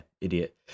idiot